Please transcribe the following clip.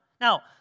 Now